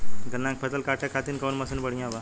गन्ना के फसल कांटे खाती कवन मसीन बढ़ियां बा?